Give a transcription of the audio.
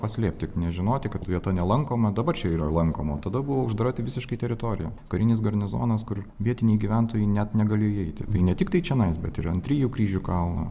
paslėpti nežinoti kad vieta nelankoma dabar čia yra lankoma tada buvo užadara tai visiškai teritorija karinis garnizonas kur vietiniai gyventojai net negalėjo įeiti tai ne tiktai čionai bet ir ant trijų kryžių kalno